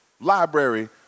library